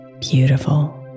beautiful